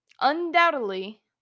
Undoubtedly